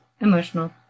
emotional